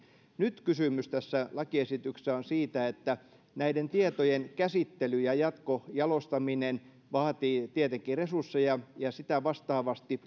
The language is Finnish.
nyt tässä lakiesityksessä kysymys on siitä että näiden tietojen käsittely ja jatkojalostaminen vaativat tietenkin resursseja ja sitä vastaavasti